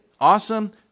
awesome